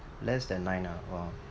less than nine ah orh